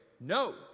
no